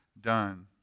done